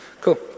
cool